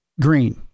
green